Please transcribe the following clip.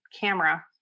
camera